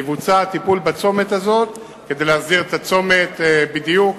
יבוצע טיפול בצומת הזה כדי להחזיר אותו לפעול בדיוק